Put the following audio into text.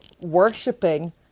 worshipping